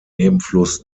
nebenfluss